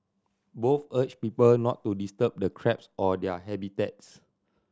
both urged people not to disturb the crabs or their habitats